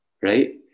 Right